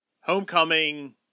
Homecoming